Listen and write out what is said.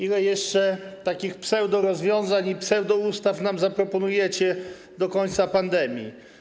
Ile jeszcze takich pseudorozwiązań i pseudoustaw nam zaproponujecie do końca pandemii?